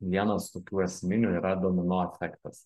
vienas tokių esminių yra domino efektas